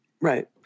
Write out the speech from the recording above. Right